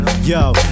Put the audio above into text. yo